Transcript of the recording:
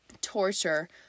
torture